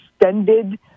extended